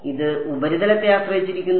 ഇത് ഉപരിതലത്തെ ആശ്രയിച്ചിരിക്കുന്നു